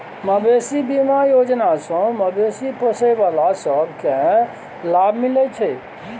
मबेशी बीमा योजना सँ मबेशी पोसय बला सब केँ लाभ मिलइ छै